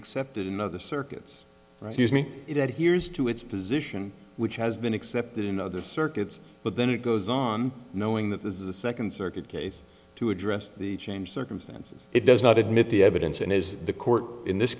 accepted in other circuits refuse me it hears to its position which has been accepted in other circuits but then it goes on knowing that this is the second circuit case to address the changed circumstances it does not admit the evidence and as the court in this